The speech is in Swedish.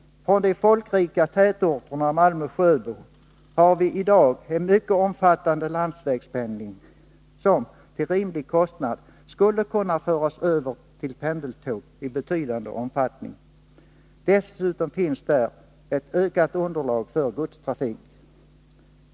Från de folkrika tätorterna på sträckan Malmö-Sjöbo har vi i dag en mycket omfattande landsvägspendling som, till en rimlig kostnad, i betydande omfattning skulle kunna föras över till pendeltåg. Dessutom finns där ett ökat underlag för godstrafik.